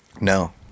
no